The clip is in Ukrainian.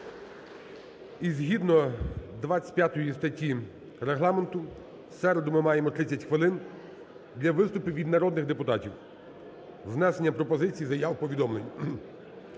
І згідно 25 статті Регламенту в середу ми маємо 30 хвилин для виступів від народних депутатів з внесенням пропозицій, заяв, повідомлень.